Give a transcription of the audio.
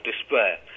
despair